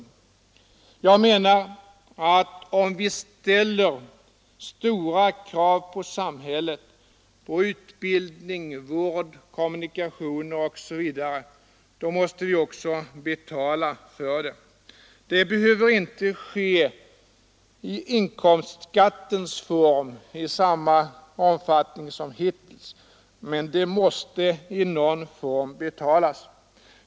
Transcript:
Jag menar att om vi ställer stora krav på samhället — på utbildning, på vård, på kommunikationer osv. — måste vi också betala för det. Det behöver inte nödvändigtvis ske i inkomstskattens form i samma omfattning som hittills, men det måste i någon form betalas.